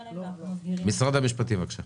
משרד המשפטים, בבקשה.